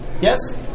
Yes